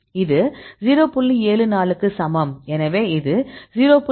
74 க்கு சமம் எனவே இது 0